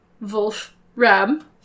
Wolfram